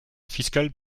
fiscale